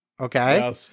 Okay